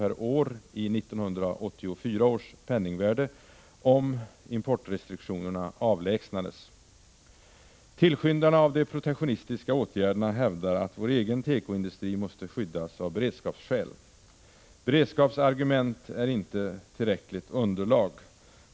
per år i 1984 års penningvärde, om importrestriktionerna avlägsnades. Tillskyndarna av de protektionistiska åtgärderna hävdar att vår egen tekoindustri måste skyddas av beredskapsskäl. Beredskapsargument är emellertid inte tillräckliga som underlag.